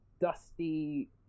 dusty